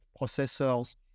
processors